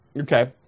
Okay